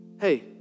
Hey